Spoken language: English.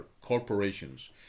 corporations